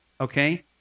okay